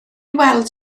weld